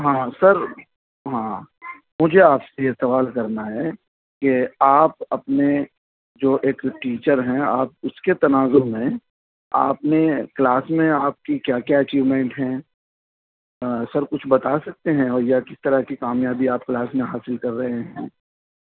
ہاں سر ہاں مجھے آپ سے یہ سوال کرنا ہے کہ آپ اپنے جو ایک ٹیچر ہیں آپ اس کے تنازع میں آپنے کلاس میں آپ کی کیا کیا اچیوومنٹ ہیں سر کچھ بتا سکتے ہیں اور یا کس طرح کی کامیابی آپ کلاس میں حاصل کر رہے ہیں